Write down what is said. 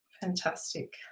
fantastic